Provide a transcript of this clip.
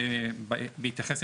בהתייחס,